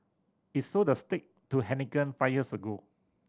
it sold the stake to Heineken five years ago